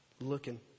looking